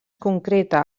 concreta